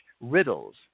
riddles